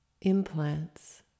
implants